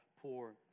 poor